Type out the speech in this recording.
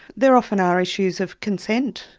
there often are issues of consent,